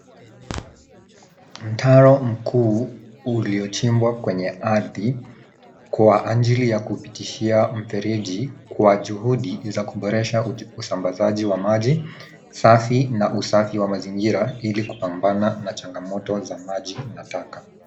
Mtaro mkuu uliochimbwa kwenye ardhi kwa ajili ya kupitishia mfereji kwa juhudi za kuboresha usambazaji wa maji safi na usafi wa mazingira ili kupambana na changamoto za maji na taka.